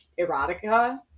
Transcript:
erotica